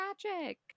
tragic